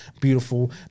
Beautiful